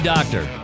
Doctor